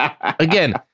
again